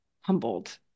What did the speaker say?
humbled